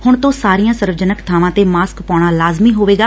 ਹੁਣ ਤੋਂ ਸਾਰੀਆਂ ਸਰਵਜਨਕ ਬਾਵਾਂ ਤੇ ਮਾਸਕ ਪਾਉਣਾ ਲਾਜ਼ਮੀ ਹੋਵੇਗਾ